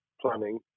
planning